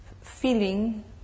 feeling